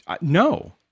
no